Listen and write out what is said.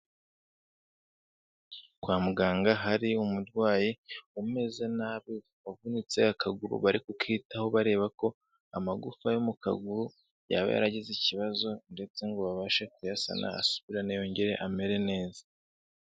Kwa muganga hari umurwayi umeze nabi wavunitse akaguru bari kukitaho bareba ko amagufa yo mu kaguru yaba yaragize ikibazo ndetse ngo babashe kuyasana asubirane yongere amere neza.